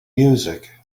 music